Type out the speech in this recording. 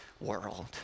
world